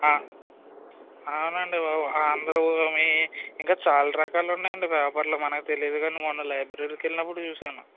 అవునునండి బాబు ఆంధ్ర భూమి ఇంకా చాల రకాలు ఉన్నాయండి పేపర్లు మనకి తెలీదు కానీ మొన్న లైబ్రరీకి వెళ్ళినప్పుడు చూశాను